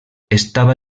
estava